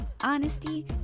honesty